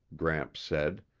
gramps said.